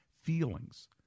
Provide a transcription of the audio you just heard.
feelings